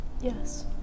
Yes